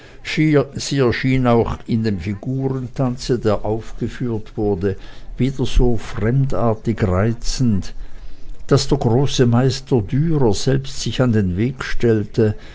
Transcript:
auch in dem figurentanze der aufgeführt wurde wieder so fremdartig reizend daß der große meister dürer selbst sich an den weg stellte